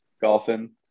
golfing